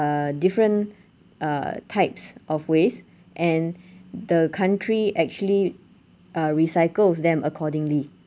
uh different uh types of ways and the country actually uh recycles them accordingly